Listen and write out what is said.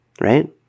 Right